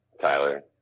Tyler